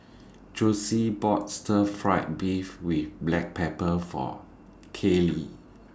Jossie bought Stir Fried Beef with Black Pepper For Kellee